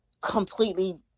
completely